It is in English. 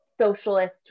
socialist